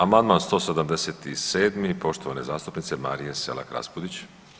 Amandman 177. poštovane zastupnice Marije Selak Raspudić.